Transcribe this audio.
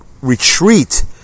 retreat